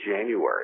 January